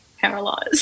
paralyzed